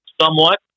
somewhat